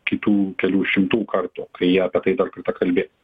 kitų kelių šimtų kartų kai jie apie tai dar kartą kalbės